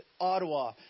Ottawa